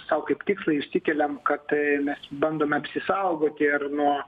sau kaip tikslą išsikeliam kad tai mes bandome apsisaugoti ir nuo